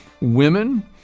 women